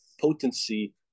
potency